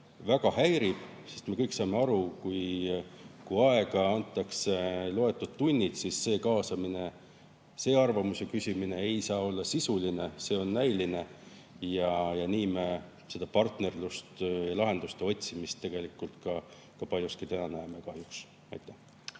väga häirib. Me kõik saame aru, et kui aega antakse loetud tunnid, siis see kaasamine, see arvamuse küsimine ei saa olla sisuline, see on näiline. Ja nii me seda partnerlust, lahenduste otsimist tegelikult paljuski täna kahjuks näeme.